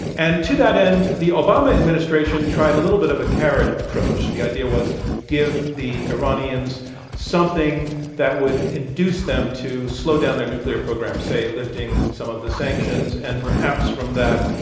and to that end, the obama administration tried a little bit of a carrot approach, the idea was give the iranians something that would induce them to slow down their nuclear program, say, lifting some of the sanctions and perhaps from that,